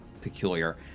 peculiar